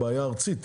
זו בעיה ארצית,